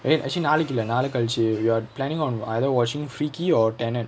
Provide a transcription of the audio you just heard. wait actually நாளைக்கு இல்ல நாள கழிச்சு:naalaikku illa naala kalichu we are planning on either watching freaky or tenet